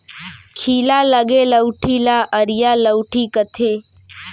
खीला लगे लउठी ल अरिया लउठी कथें